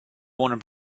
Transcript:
warner